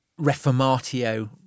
reformatio